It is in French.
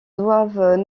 doivent